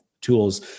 tools